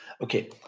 Okay